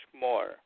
more